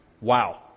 Wow